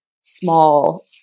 small